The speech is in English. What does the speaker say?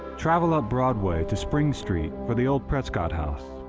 travel up broadway to spring street for the old prescott house,